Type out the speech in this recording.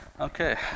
Okay